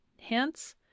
Hence